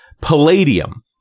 palladium